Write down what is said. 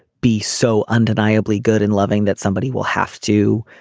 be so undeniably good and loving that somebody will have to